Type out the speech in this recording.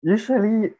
Usually